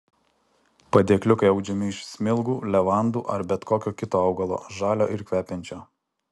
padėkliukai audžiami iš smilgų levandų ar bet kokio kito augalo žalio ir kvepiančio